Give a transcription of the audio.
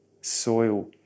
soil